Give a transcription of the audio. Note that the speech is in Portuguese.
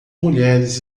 mulheres